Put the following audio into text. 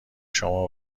شما